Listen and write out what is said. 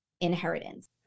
inheritance